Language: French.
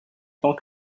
tant